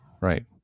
Right